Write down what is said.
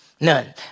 None